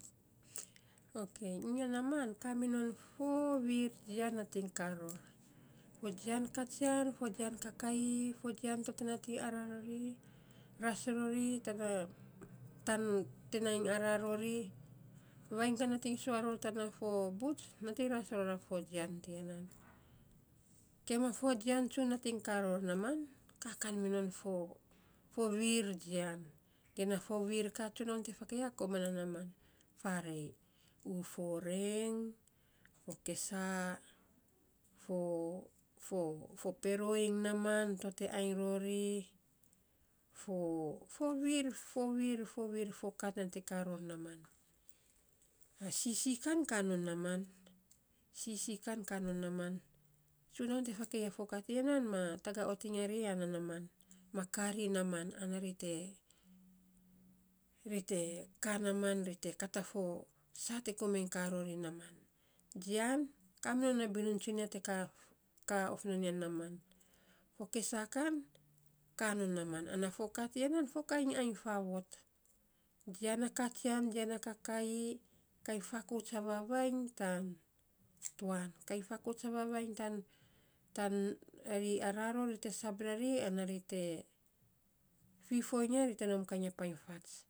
Okei, unya naaman, kaa minon fo viir jian nating kaa ror, fo jian katsian, fo jian kakaii, fo jian to te nating araa rori, ras rori te nai araa rori, vainy te nating sua ror tana fo buts, nating ras ror a fo jian tiya nan. Kiama fo jian tsun te nating kaa ror naaman, kaa kan minon fo virr ka tsunaun te fakei ya koman na naaman, faarei u fo reng, fo kessaa, fo <> fo <> fo pero iny naaman to te ainy rori fo <> fo viir <> fo viir <> fo viir <> kaa to te kaa non naaman, an sisii kan ka non naaman <> sisii kan kaa non naaman. Tsunaun te faakei a fo kaa ma tagat ot iny a ri ya na naaman, ma kaa ri naaman ana ri te <> ri te kaa naaaman. Ri te kat a fo sa te komainy kaa rori naaman. Jian ka minon a binun tsunia te kaa <> kaa of non ya naaman fo kesaa kan, kaa non naaman, an fo kaa tiya nan, fo kain ainy faavot. Jian na katsina, jian na kakaii, kain fakauts a vavainy tan tuwan <> kain fakauts a vavainy tan tuwan <> kain fakauts a vavainy tan <> tan, ri aara ror ri te sab rari, ana ri te fifoiny ya, ri te nom kain a painy fats.